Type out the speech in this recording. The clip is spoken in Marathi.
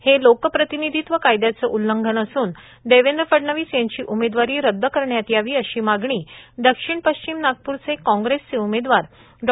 हे लोकप्रतिनिधित्व कायद्याचे उल्लंघन असून देवेंद्र फडणवीस यांची उमेदवारी रद्द करण्यात यावी अशी मागणी दक्षिण पश्चिम नागपूरचे कांग्रेसचे उमेदवार डॉ